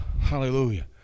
hallelujah